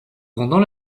pendant